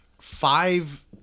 five